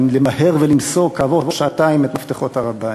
למהר ולמסור כעבור שעתיים את מפתחות הר-הבית.